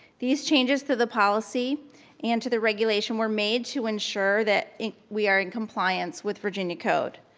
these changes to the policy and to the regulation were made to ensure that we are in compliance with virginia code.